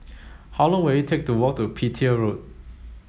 how long will it take to walk to Petir Road